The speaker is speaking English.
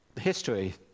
history